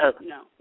No